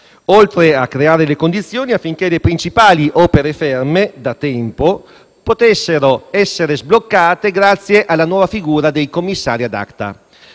oltre a creare le condizioni affinché le principali opere ferme da tempo potessero essere sbloccate grazie alla nuova figura dei commissari *ad acta.*